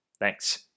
Thanks